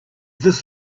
this